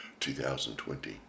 2020